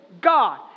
God